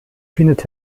findet